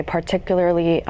Particularly